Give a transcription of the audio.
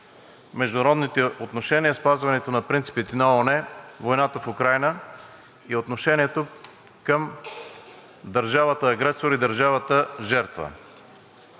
международните отношения и спазването на принципите на ООН, войната в Украйна и отношението към държавата агресор и държавата жертва.